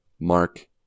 Mark